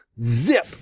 zip